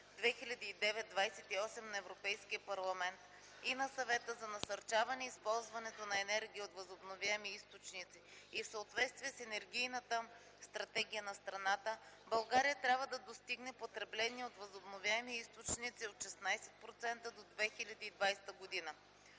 2009/28 на Европейския парламент и на Съвета за насърчаване използването на енергия от възобновяеми източници и в съответствие с енергийната стратегия на страната, България трябва да достигне потребление от възобновяеми източници от 16 % до 2020 г.